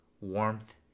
warmth